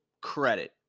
credit